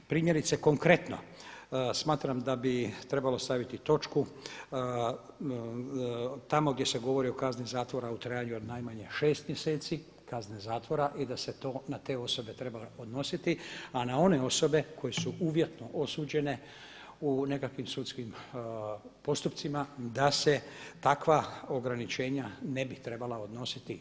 Primjerice konkretno, smatram da bi trebalo staviti točku tamo gdje se govori o kazni zatvora u trajanju od najmanje šest mjeseci kazne zatvora i da se to na te osobe trebalo odnositi, a na one osobe koje su uvjetno osuđene u nekakvim sudskim postupcima da se takva ograničenja ne bi trebala odnositi.